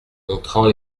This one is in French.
montrant